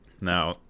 now